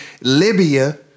Libya